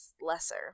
lesser